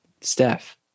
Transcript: Steph